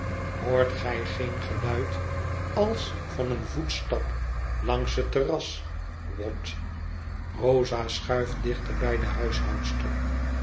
hoort gij geen geluid als van een voetstap langs het terras watt rosa schuift dichter bij de